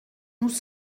nous